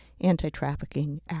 anti-trafficking